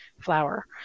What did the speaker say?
flower